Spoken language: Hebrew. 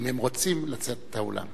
אם הם רוצים לצאת מהאולם.